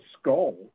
skull